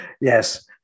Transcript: yes